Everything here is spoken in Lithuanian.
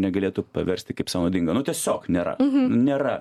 negalėtų paversti kaip sau naudingą nu tiesiog nėra nėra